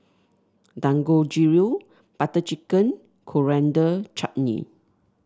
Dangojiru Butter Chicken and Coriander Chutney